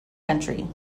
country